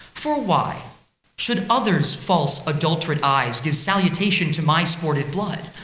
for why should others' false adulterate eyes give salutation to my sportive blood?